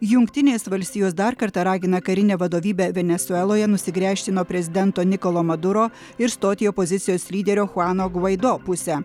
jungtinės valstijos dar kartą ragina karinę vadovybę venesueloje nusigręžti nuo prezidento nikolo maduro ir stoti į opozicijos lyderio chuano gvaido pusę